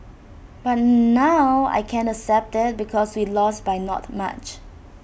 but now I can accept IT because we lost by not much